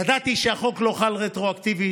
ידעתי שהחוק לא חל רטרואקטיבית,